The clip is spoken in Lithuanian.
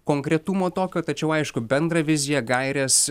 konkretumo tokio tačiau aišku bendrą viziją gaires